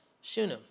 Shunem